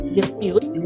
dispute